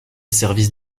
service